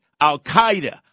al-qaeda